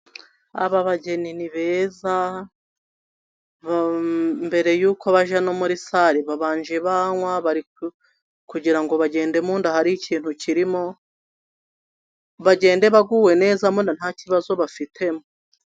Aba bageni ni beza, mbere yuko bajya no muri sare babanje banywa, bari kugira ngo bagende mu nda hari ikintu kirimo, bagende baguwe neza, mbona ntakibazo bafitemo.